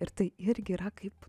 ir tai irgi yra kaip